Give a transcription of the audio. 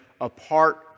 apart